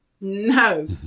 No